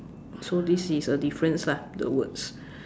so this is a difference lah the words